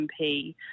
MP